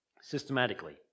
systematically